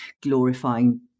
glorifying